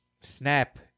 snap